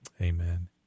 Amen